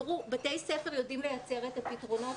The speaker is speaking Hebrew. בתי הספר יודעים לייצר את הפתרונות